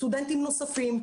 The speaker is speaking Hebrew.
סטודנטים נוספים.